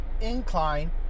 incline